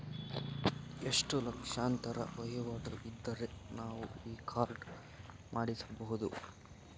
ಎಷ್ಟು ಲಕ್ಷಾಂತರ ವಹಿವಾಟು ಇದ್ದರೆ ನಾವು ಈ ಕಾರ್ಡ್ ಮಾಡಿಸಬಹುದು?